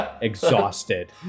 exhausted